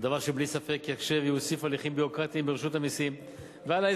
דבר שבלי ספק יקשה ויוסיף הליכים ביורוקרטיים לרשות המסים ולאזרחים,